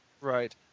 Right